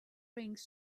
rings